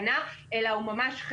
אבל העלויות התייקרו,